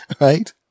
Right